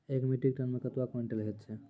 एक metric tonne मे कतवा क्वींटल हैत छै?